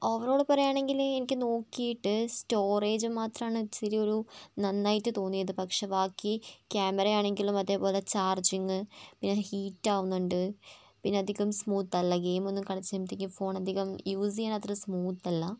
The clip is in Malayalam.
ഓവറോൾ പറയാണെങ്കിൽ എനിക്ക് നോക്കീട്ട് സ്റ്റോറേജ് മാത്രമാണ് ഇച്ചിരി ഒരു നന്നായിട്ട് തോന്നിയത് പക്ഷേ ബാക്കി ക്യാമറയാണെങ്കിലും അതുപോലെ ചാർജിങ് പിന്നെ ഹീറ്റ് ആവുന്നുണ്ട് പിന്നെ അധികം സ്മൂത്തല്ല ഗെയിം ഒന്നും കളിച്ച് കഴിയുമ്പോഴത്തേക്കും ഫോൺ അധികം യൂസ് ചെയ്യാൻ അത്ര സ്മൂത്തല്ല